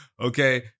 okay